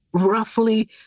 Roughly